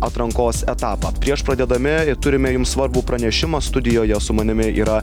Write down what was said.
atrankos etapą prieš pradėdami turime jums svarbų pranešimą studijoje su manimi yra